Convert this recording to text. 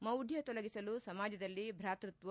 ಮೌಢ್ಠ ತೊಲಗಿಸಲು ಸಮಾಜದಲ್ಲಿ ಭಾತೃತ್ವ